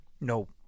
No